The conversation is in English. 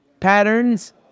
patterns